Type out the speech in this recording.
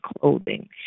clothing